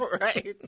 Right